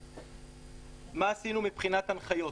מה עשינו מבחינת הנחיות?